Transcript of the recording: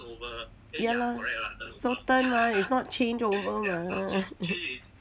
ya lor so turn ah is not change over ah